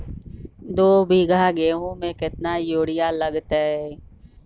दो बीघा गेंहू में केतना यूरिया लगतै?